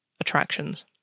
attractions